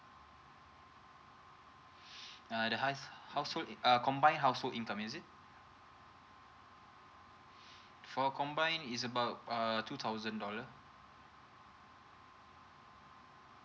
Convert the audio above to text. uh the house household uh combine household income is it for combine is about err two thousand dollar